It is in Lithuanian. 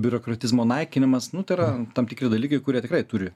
biurokratizmo naikinimas nu tai yra tam tikri dalykai kurie tikrai turi